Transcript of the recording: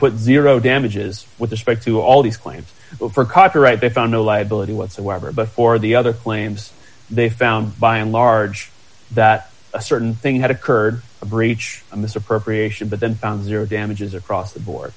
zero damages with respect to all these claims for copyright they found no liability whatsoever but for the other claims they found by and large that a certain thing had occurred a breach of misappropriation but then found zero damages across the board